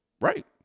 right